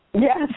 Yes